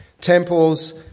Temples